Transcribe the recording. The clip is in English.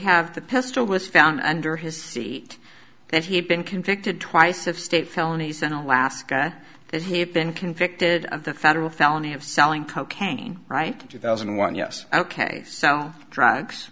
have the pistol was found under his seat and he had been convicted twice of state felonies and alaska that he had been convicted of the federal felony of selling cocaine right two thousand and one yes ok so drugs